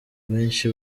benshi